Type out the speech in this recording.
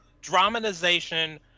dramatization